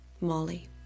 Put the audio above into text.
Molly